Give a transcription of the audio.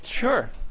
Sure